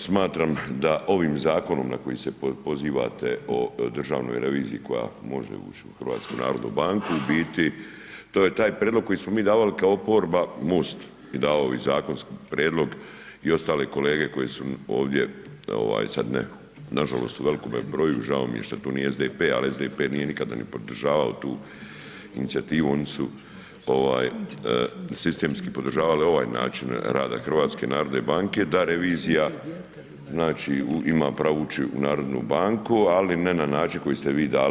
Smatram da ovim zakonom na koji se pozivate o Državnoj reviziji koja može ući u HNB, u biti, to je taj prijedlog koji smo mi davali kao oporba, MOST je davao ovi zakonski prijedlog i ostale kolege koji su ovdje, sad ne nažalost u velikome broju i žao mi je što tu nije SDP, ali SDP nije nikada ni podržavao tu inicijativu, oni su sistemski podržavali ovaj način rada HNB-a da revizija, znači, ima pravo ući u HNB, ali ne na način koji ste vi dali.